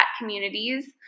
communities